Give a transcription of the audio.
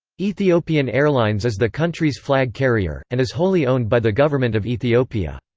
ethiopian airlines is the country's flag carrier, and is wholly owned by the government of ethiopia.